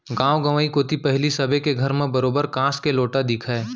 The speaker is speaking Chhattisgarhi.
गॉंव गंवई कोती पहिली सबे घर म बरोबर कांस के लोटा दिखय